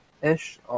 ish